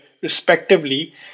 respectively